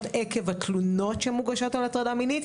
עקב התלונות שמוגשות על הטרדה מינית,